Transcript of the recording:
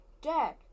Dad